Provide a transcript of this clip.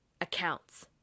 accounts